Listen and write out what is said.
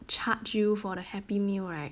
charge you for the happy meal right